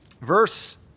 verse